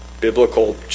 Biblical